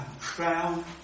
crown